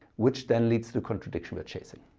which then leads to the contradiction we're chasing.